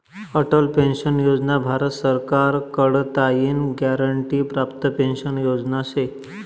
Atal pension योजना भारत सरकार कडताईन ग्यारंटी प्राप्त पेंशन योजना शे